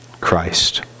Christ